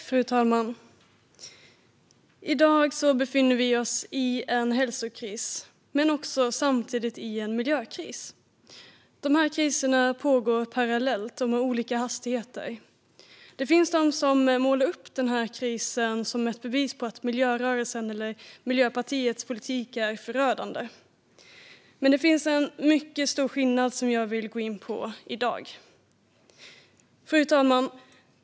Fru talman! I dag befinner vi oss i en hälsokris, men samtidigt i en miljökris. Dessa kriser pågår parallellt och med olika hastigheter. Det finns de som målar upp den här krisen som ett bevis för att miljörörelsen eller Miljöpartiets politik är förödande. Men det finns en mycket stor skillnad som jag vill gå in på i dag. Fru talman!